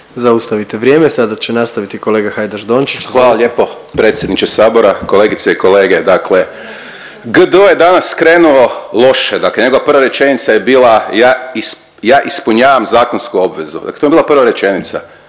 Zaustavite vrijeme. Sada će nastaviti kolega Hajdaš Dončić, izvolite. **Hajdaš Dončić, Siniša (SDP)** Hvala lijepo predsjedniče Sabora, kolegice i kolege. Dakle, GDO je danas krenulo loše. Dakle, njegova prva rečenica je bila ja ispunjavam zakonsku obvezu. Dakle, to je bila prva rečenica.